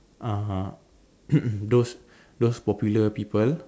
uh ah those those popular people